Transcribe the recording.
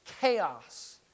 chaos